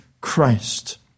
Christ